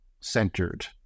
centered